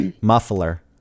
muffler